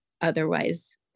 otherwise